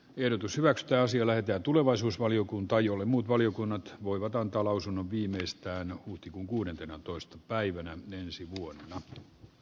ehdotus vectraa sillä että tulevaisuusvaliokuntaa jolle muut valiokunnat voivat antaa lausunnon viimeistään huhtikuun kuudentenatoista päivänä ensi vuonna vähäpäästöisestä energiamuodosta